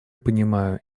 понимаю